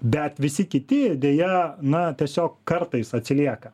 bet visi kiti deja na tiesiog kartais atsilieka